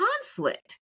conflict